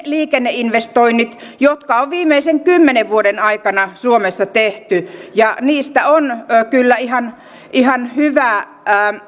liikenneinvestointien jotka on viimeisen kymmenen vuoden aikana suomessa tehty nyt rakentaminen on vauhdittunut ja niistä on kyllä ihan ihan hyvä